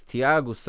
Tiago